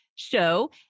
show